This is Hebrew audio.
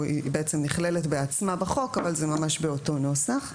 היא בעצם נכללת בעצמה בחוק אבל זה ממש באותו נוסח.